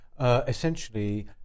essentially